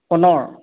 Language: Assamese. সোণৰ